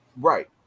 right